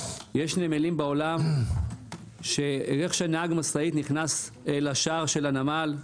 יש נמלים בעולם שאיך שנהג משאית נכנס לשער של הנמל,